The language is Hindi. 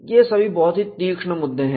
यह सभी बहुत ही तीक्ष्ण मुद्दे हैं